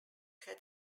had